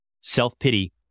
Self-pity